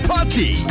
Party